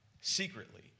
secretly